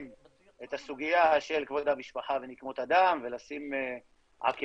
את הסוגיה של כבוד המשפחה ונקמות הדם ולשים עכבות